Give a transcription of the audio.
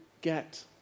get